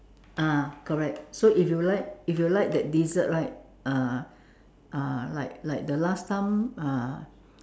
ah correct so if you like if you like that dessert right uh uh like like the last time uh